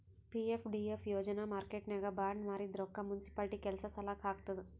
PFDF ಯೋಜನಾ ಮಾರ್ಕೆಟ್ನಾಗ್ bond ಮಾರಿದ್ ರೊಕ್ಕಾ ಮುನ್ಸಿಪಾಲಿಟಿ ಕೆಲ್ಸಾ ಸಲಾಕ್ ಹಾಕ್ತುದ್